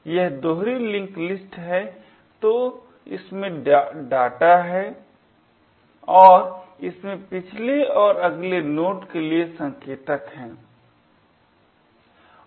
यह दोहरी link list है तो इसमें डाटा है और इसमें पिछले और अगले नोड के लिए संकेतक है